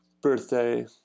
birthday